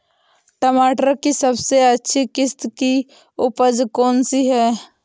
टमाटर की सबसे अच्छी किश्त की उपज कौन सी है?